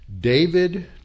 David